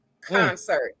concert